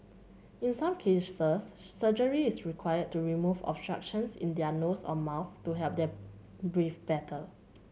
in some cases surgery is required to remove obstructions in their nose or mouth to help them breathe better